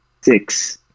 six